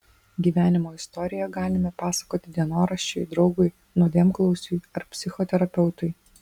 gyvenimo istoriją galime pasakoti dienoraščiui draugui nuodėmklausiui ar psichoterapeutui